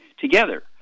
together